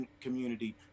community